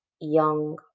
young